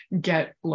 get